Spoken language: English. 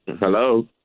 Hello